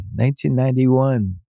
1991